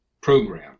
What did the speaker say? program